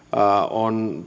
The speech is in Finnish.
on